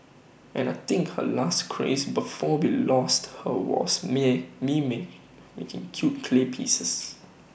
and I think her last craze before we lost her was making cute clay pieces